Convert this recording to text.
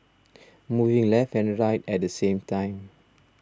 moving left and right at the same time